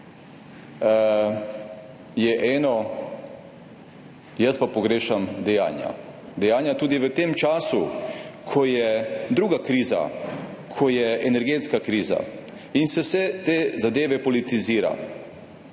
je eno, jaz pa pogrešam dejanja. Dejanja tudi v tem času, ko je druga kriza, ko je energetska kriza in se vse te zadeve politizira.